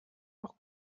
auch